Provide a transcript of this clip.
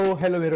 hello